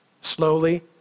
slowly